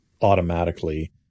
automatically